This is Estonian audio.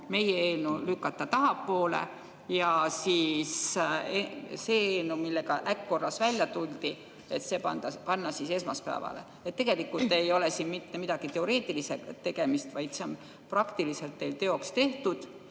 meie eelnõu lükata tahapoole ja siis see eelnõu, millega äkk-korras välja tuldi, panna esmaspäevale. Tegelikult ei ole siin mitte millegi teoreetilisega tegemist, vaid see on praktiliselt teil teoks tehtud